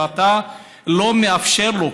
ואתה לא מאפשר להם,